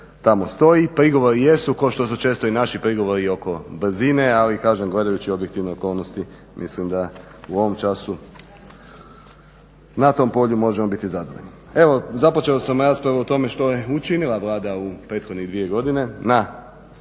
tamo stoji. Prigovori jesu kao što su često i naši prigovori oko brzine, ali gledajući objektivne okolnosti mislim da u ovom času na tom polju možemo biti zadovoljni. Evo započeo sam raspravu o tome što je učinila Vlada u prethodne dvije godine na